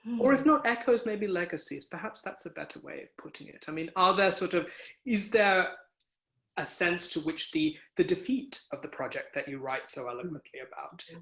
or if not echoes, maybe legacies. perhaps that's a better way of putting it. i mean, are there sort of is there a sense to which to the defeat of the project that you write so eloquently about